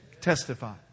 testify